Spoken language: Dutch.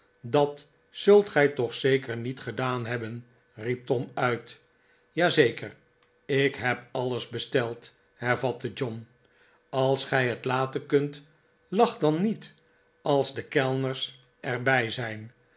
dat zult gij toch zeker niet gedaan hebben riep tom uit ja zeker ik heb alles besteld hervatte john als gij het laten kunt lach dan niet als de kellners er bij zijn